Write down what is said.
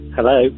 Hello